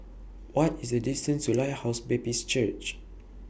What IS The distance to Lighthouse Baptist Church